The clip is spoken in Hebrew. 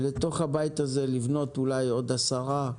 ולתוך הבית הזה לבנות אולי עוד 10,